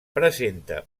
presenta